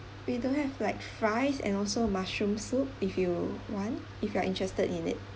we do have like fries and also mushroom soup if you want if you are interested in it